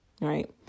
Right